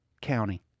county